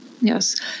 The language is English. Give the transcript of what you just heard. Yes